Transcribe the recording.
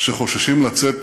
שחוששים לצאת